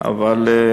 אבל,